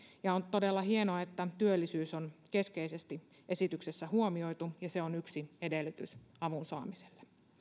on todella hienoa että työllisyys on keskeisesti esityksessä huomioitu ja se on yksi edellytys avun saamiselle